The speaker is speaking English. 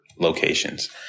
locations